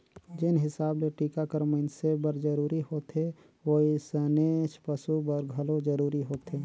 जेन हिसाब ले टिका हर मइनसे बर जरूरी होथे वइसनेच पसु बर घलो जरूरी होथे